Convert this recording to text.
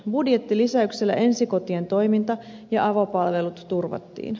budjettilisäyksellä ensikotien toiminta ja avopalvelut turvattiin